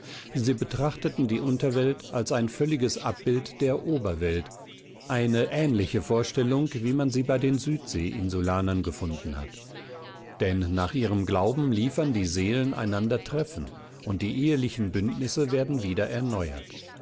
sie betrachteten die unterwelt als ein völliges abbild der oberwelt eine ähnliche vorstellung wie man sie bei den südsee insulanern gefunden hat denn nach ihrem glauben liefern die seelen einander treffen und die ehelichen bündnisse werden wieder erneuert